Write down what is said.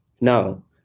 Now